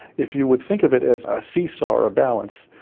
if you would think of it as a seesaw or a balance,